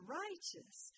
righteous